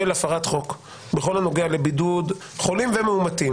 הפרת חוק בכל הנוגע לבידוד חולים ומאומתים